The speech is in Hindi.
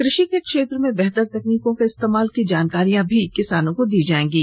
कृषि के क्षेत्र में बेहतर तकनीकों के इस्तेमाल की जानकारियां भी किसानों को दी जाएंगी